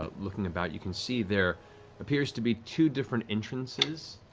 ah looking about, you can see there appears to be two different entrances